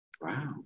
Wow